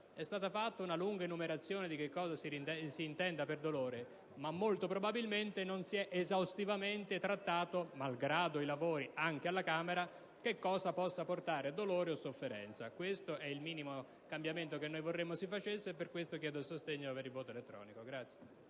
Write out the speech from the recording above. È stata fatta una lunga enumerazione di cosa si intenda per dolore, ma molto probabilmente non si è esaustivamente trattato, malgrado i lavori anche alla Camera, cosa possa portare dolore o sofferenza. Questo è il minimo cambiamento che vorremmo si introducesse. Per questa ragione chiedo che tale emendamento